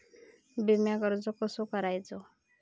विम्याक अर्ज कसो करायचो?